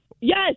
yes